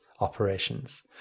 operations